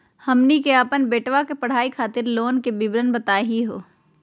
हमनी के अपन बेटवा के पढाई खातीर लोन के विवरण बताही हो?